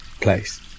place